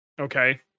Okay